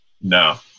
No